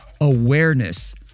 awareness